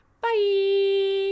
Bye